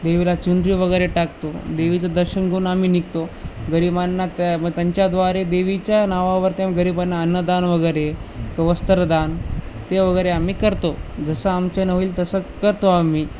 देवीला चुंदरीवगैरे टाकतो देवीचं दर्शन घेऊन आम्ही निघतो गरिबांना त्या म त्यांच्याद्वारे देवीच्या नावावर त्या गरिबांना अन्नदानवगैरे क वस्त्रदान ते वगैरे आम्ही करतो जसं आमच्यानं होईल तसं करतो आम्ही